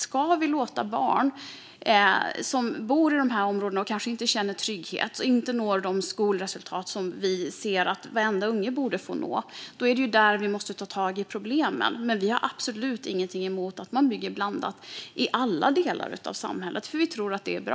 Ska vi låta barn bo i de områdena och kanske inte känna trygghet och inte nå de skolresultat som varenda unge borde få nå? Det är därför vi måste ta tag i problemet där. Vi har absolut ingenting emot att man bygger blandat i alla delar av samhället. Vi tror att det är bra.